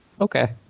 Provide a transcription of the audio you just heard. Okay